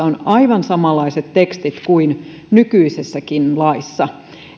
on aivan samanlaiset tekstit kuin nykyisessäkin laissa